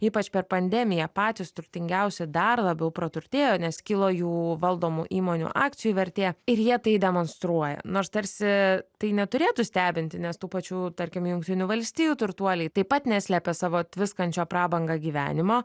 ypač per pandemiją patys turtingiausi dar labiau praturtėjo nes kilo jų valdomų įmonių akcijų vertė ir jie tai demonstruoja nors tarsi tai neturėtų stebinti nes tų pačių tarkim jungtinių valstijų turtuoliai taip pat neslepia savo tviskančia prabanga gyvenimo